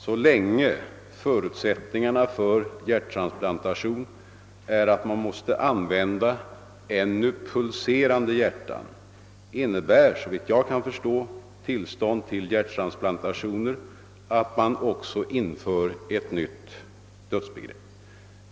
Så länge förutsättningen för hjärttransplantation är att man måste använda ännu pulserande hjärtan innebär, såvitt jag kan förstå, tillstånd till hjärttransplantationer att man också inför ett nytt dödsbegrepp.